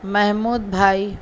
محمود بھائی